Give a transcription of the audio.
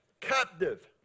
captive